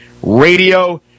radio